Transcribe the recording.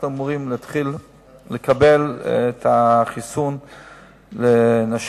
אנחנו אמורים להתחיל לקבל את החיסון לנשים